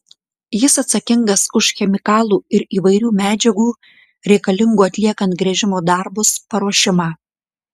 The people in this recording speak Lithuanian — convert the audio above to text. jis atsakingas už chemikalų ir įvairių medžiagų reikalingų atliekant gręžimo darbus paruošimą